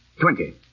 Twenty